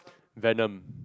venom